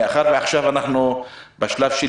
מאחר ואנחנו נמצאים עכשיו בשלב של